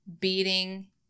beating